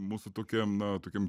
mūsų tokiam na tokiam